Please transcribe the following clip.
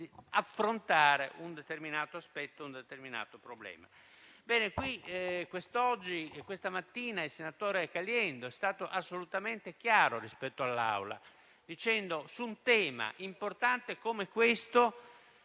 nell'affrontare un determinato aspetto e un determinato problema.